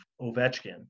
Ovechkin